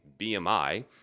BMI